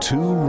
Two